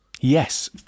Yes